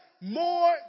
More